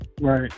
right